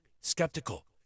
skeptical